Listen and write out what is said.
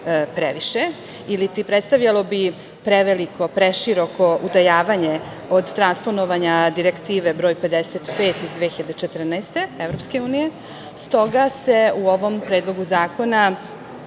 previše ili bi predstavljalo preveliko, preširoko utajavanje od transponovanja Direktive broj 55 EU iz 2014. godine. Stoga se u ovom Predlogu zakona